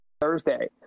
Thursday